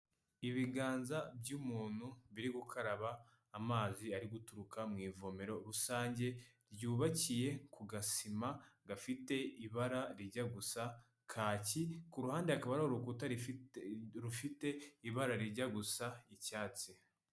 Ibiganza by'umuntu biri gukaraba amazi ari guturuka mu ivomero rusange, ryubakiye ku gasima gafite ibara rijya gusa kaki, ku ruhande hakaba hari urukuta rufite ibara rijya gusa icyatsi.